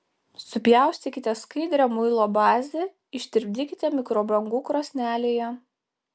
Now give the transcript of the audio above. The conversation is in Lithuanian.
supjaustykite skaidrią muilo bazę ištirpdykite mikrobangų krosnelėje